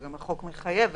כפי שהחוק מחייב.